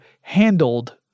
handled